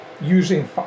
using